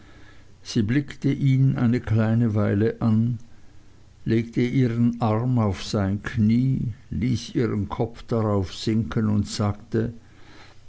sie blickte ihn eine kleine weile an legte ihren arm auf sein knie ließ ihren kopf darauf sinken und sagte